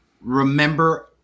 remember